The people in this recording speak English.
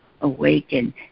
awaken